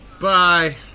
Bye